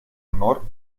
honor